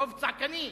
רוב צעקני.